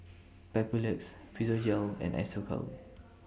Papulex Physiogel and Isocal